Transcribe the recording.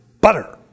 butter